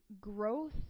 growth